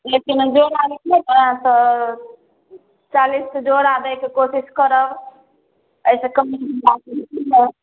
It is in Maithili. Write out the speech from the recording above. लेकिन जोड़ा लितियै ने तऽ चालिसके जोड़ा दैके कोशिश करब अइसँ कमके बात करतियै ने